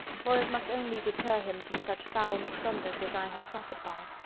for it must only deter him from such foul misconduct as i have suffered by.